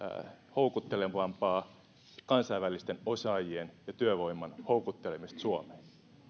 houkuttelevampaa kansainvälisten osaajien ja työvoiman houkuttelemista suomeen